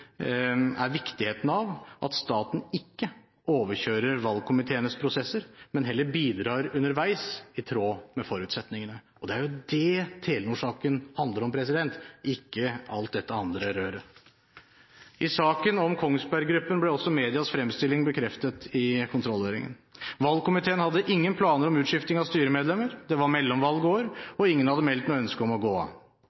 er viktigheten av at staten ikke overkjører valgkomiteenes prosesser, men heller bidrar underveis i tråd med forutsetningene. Det er jo det Telenor-saken handler om, ikke alt dette andre røret. I saken om Kongsberg Gruppen ble også medias fremstilling bekreftet i kontrollhøringen. Valgkomiteen hadde ingen planer om utskifting av styremedlemmer. Det var mellomvalgår, og